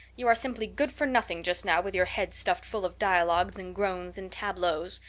you are simply good for nothing just now with your head stuffed full of dialogues and groans and tableaus.